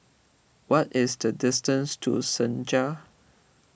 what is the distance to Senja